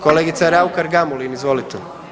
Kolegica Raukar Gamulin, izvolite.